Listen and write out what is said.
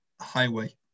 Highway